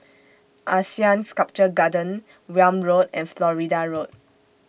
Asean Sculpture Garden Welm Road and Florida Road